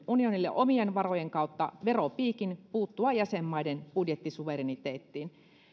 unionille omien varojen kautta veropiikin puuttua jäsenmaiden budjettisuvereniteettiin